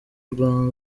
rwanda